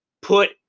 put